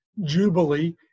Jubilee